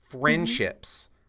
friendships